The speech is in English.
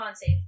save